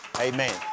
Amen